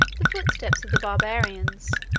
the footsteps of the barbarians,